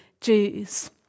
Jews